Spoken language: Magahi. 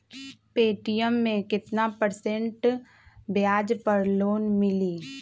पे.टी.एम मे केतना परसेंट ब्याज पर लोन मिली?